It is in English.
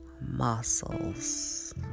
muscles